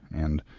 and,